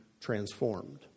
transformed